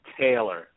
Taylor